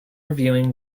viewing